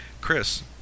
Chris